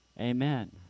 Amen